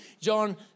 John